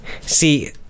see